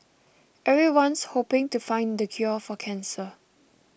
everyone's hoping to find the cure for cancer